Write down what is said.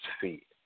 feet